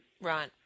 Right